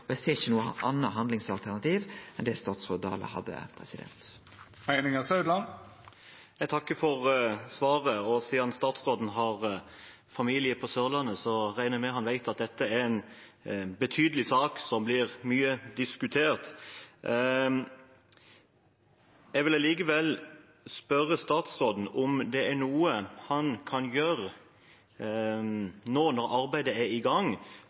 og eg ser ikkje noko anna handlingsalternativ enn det statsråd Dale hadde. Jeg takker for svaret. Siden statsråden har familie på Sørlandet, regner jeg med at han vet at dette er en betydelig sak som blir mye diskutert. Jeg vil likevel spørre statsråden om det er noe han kan gjøre nå når arbeidet er i gang,